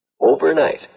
Overnight